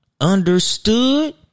understood